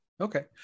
Okay